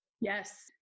Yes